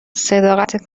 صداقت